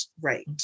right